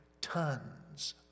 tons